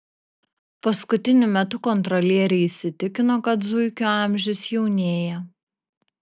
paskutiniu metu kontrolieriai įsitikino kad zuikių amžius jaunėja